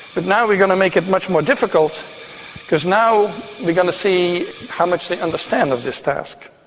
but now we're going to make it much more difficult because now we're going to see how much they understand of this task.